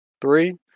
Three